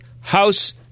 House